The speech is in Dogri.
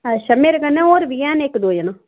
मेरे कन्नै होर बी हैन इक दो जना